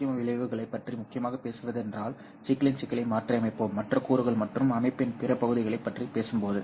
இரண்டு முக்கியமான விளைவுகளைப் பற்றி முக்கியமாகப் பேசுவதென்றால் சிக்கலின் சிக்கலை மாற்றியமைப்போம் மற்ற கூறுகள் மற்றும் அமைப்பின் பிற பகுதிகளைப் பற்றி பேசும்போது